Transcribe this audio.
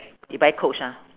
you buy coach ah